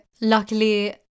luckily